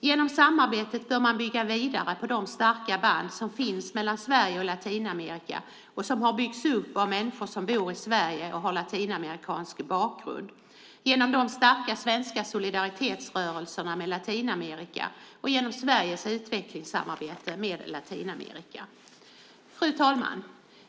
Genom samarbetet bör man bygga vidare på de starka band som finns mellan Sverige och Latinamerika och som har byggts upp av människor som bor i Sverige och har latinamerikansk bakgrund, de starka svenska solidaritetsrörelserna med Latinamerika och genom Sveriges utvecklingssamarbete med Latinamerika. Fru talman!